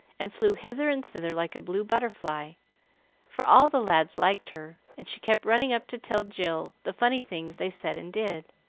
and flew hither and thither like a blue butterfly for all the lads liked her, and she kept running up to tell jill the funny things they said and did.